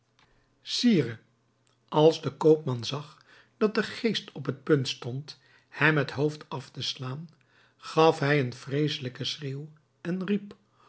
sire als de koopman zag dat de geest op het punt stond hem het hoofd af te slaan gaf hij een vreesselijken schreeuw en riep